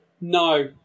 No